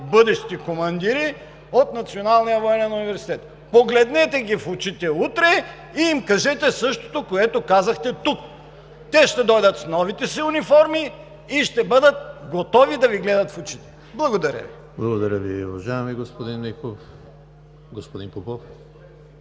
бъдещи командири от Националния военен университет. Погледнете ги в очите утре и им кажете същото, което казахте тук! Те ще дойдат с новите си униформи и ще бъдат готови да Ви гледат в очите! Благодаря Ви. ПРЕДСЕДАТЕЛ ЕМИЛ ХРИСТОВ: Благодаря Ви, уважаеми господин Михов. Господин Попов,